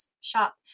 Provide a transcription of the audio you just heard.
shop